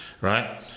Right